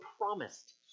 promised